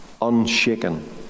unshaken